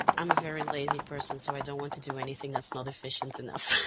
um a very lazy person so i donit want to do anything thatis not efficient enough.